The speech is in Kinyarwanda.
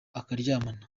akaryamana